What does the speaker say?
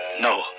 no